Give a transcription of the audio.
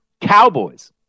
Cowboys